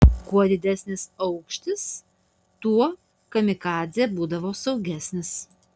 kuo didesnis aukštis tuo kamikadzė būdavo saugesnis